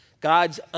God's